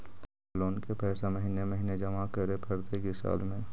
हमर लोन के पैसा महिने महिने जमा करे पड़तै कि साल में?